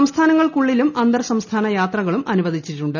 സംസ്ഥാനങ്ങൾക്കുള്ളിലും അന്തർ സംസ്ഥാന യാത്രകളും അനുവദിച്ചിട്ടുണ്ട്